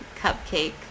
cupcake